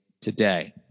today